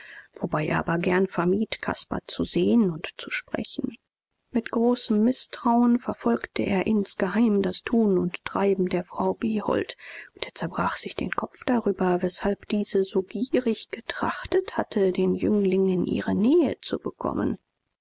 wobei er aber gern vermied caspar zu sehen und zu sprechen mit großem mißtrauen verfolgte er insgeheim das tun und treiben der frau behold und er zerbrach sich den kopf darüber weshalb diese so gierig getrachtet hatte den jüngling in ihre nähe zu bekommen